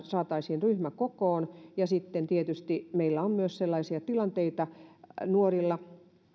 saataisiin ryhmä kokoon sitten tietysti meillä on myös sellaisia tilanteita nuorilla